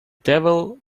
devil